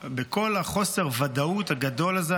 בכל חוסר הודאות הגדול הזה,